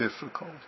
difficult